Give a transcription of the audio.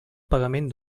pagament